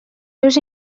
seus